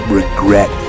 regret